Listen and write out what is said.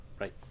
Right